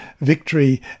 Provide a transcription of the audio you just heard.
victory